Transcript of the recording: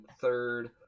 third